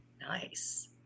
Nice